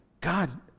God